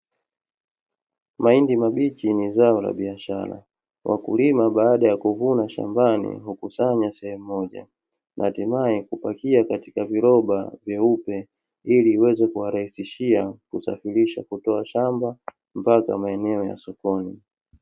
Mahindi mabichi ni zao la biashara. Wakulima baada ya kuvuna shambani, hukusanya sehemu moja, na hatimaye kupakia katika viroba vyeupe, ili iweze kuwarahisishia kusafirisha kutoka shamba mpaka maeneo ya sokoni.